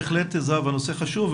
בהחלט זהבה נושא חשוב.